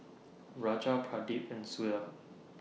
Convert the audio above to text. Raja Pradip and Suda